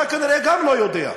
גם אתה כנראה לא יודע.